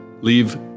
leave